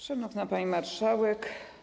Szanowna Pani Marszałek!